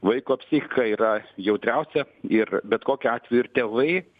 vaiko psichika yra jautriausia ir bet kokiu atveju ir tėvai